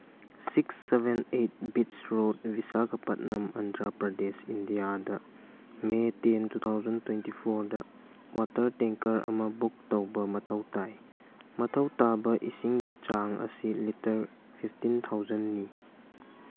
six seven at beach road Visakhapatnam Andhra Pradesh ꯏꯟꯗꯤꯌꯥꯗ May ten two thousand twenty ꯐꯣꯔꯗ water tanker ꯑꯃ ꯕꯨꯛ ꯇꯧꯕ ꯃꯊꯧ ꯇꯥꯏ ꯃꯊꯧ ꯇꯥꯕ ꯏꯁꯤꯡꯒꯤ ꯆꯥꯡ ꯑꯁꯤ ꯂꯤꯇꯔ ꯐꯤꯞꯇꯤꯟ ꯊꯥꯎꯖꯟꯅꯤ